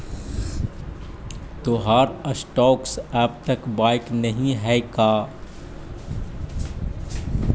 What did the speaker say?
तोहार स्टॉक्स अब तक बाइक नही हैं का